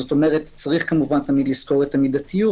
יש לזכור תמיד את המידתיות,